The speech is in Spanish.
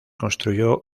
construyó